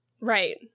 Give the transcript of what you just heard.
Right